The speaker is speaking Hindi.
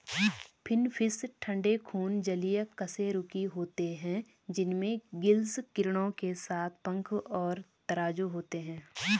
फिनफ़िश ठंडे खून जलीय कशेरुकी होते हैं जिनमें गिल्स किरणों के साथ पंख और तराजू होते हैं